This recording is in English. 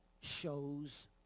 shows